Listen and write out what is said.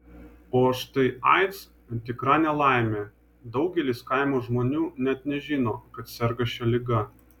o štai aids tikra nelaimė daugelis kaimo žmonių net nežino kad serga šia liga